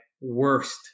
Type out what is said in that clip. worst